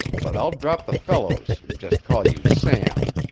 but i'll drop the fellows and just call you sam.